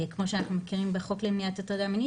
שכמו שאנחנו מכירים בחוק למניעת הטרדה מינית,